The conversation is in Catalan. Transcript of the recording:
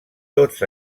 tots